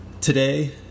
Today